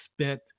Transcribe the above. spent